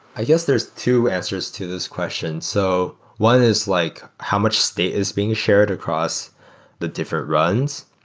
i guess there're two answers to this question. so one is like how much state is being shared across the different runs.